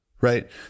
right